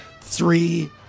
three